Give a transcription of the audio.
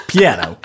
piano